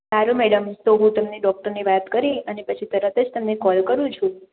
સારું મેડમ તો હું તમને ડોક્ટરને વાત કરી અને પછી તરત જ તમને કોલ કરું છું